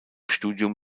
studium